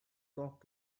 talk